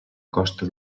costa